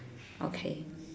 okay